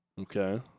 Okay